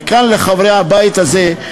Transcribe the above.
וכאן לחברי הבית הזה,